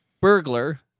Burglar